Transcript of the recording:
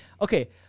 Okay